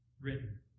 written